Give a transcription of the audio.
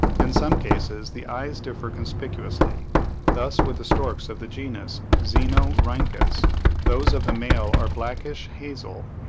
in some cases the eyes differ conspicuously thus with the storks of the genus xenorhynchus, those of the male are blackish-hazel,